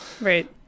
Right